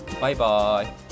Bye-bye